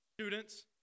Students